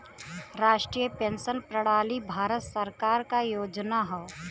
राष्ट्रीय पेंशन प्रणाली भारत सरकार क योजना हौ